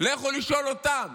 לכו לשאול אותם